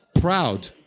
proud